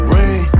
Rain